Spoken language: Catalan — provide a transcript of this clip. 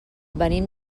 venim